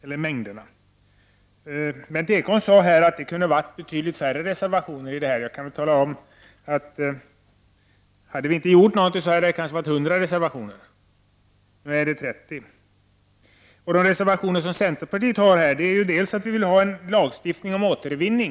Berndt Ekholm sade att det kunde ha varit betydligt färre reservationer i det här ärendet. Jag kan tala om att hade vi inte gjort något, hade det kanske varit 100 reservationer. Nu är det 30. Reservationerna från centerpartiet gäller bl.a. att vi vill ha en lagstiftning om återvinning.